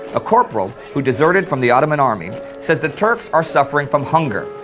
a corporal who deserted from the ottoman army says the turks are suffering from hunger,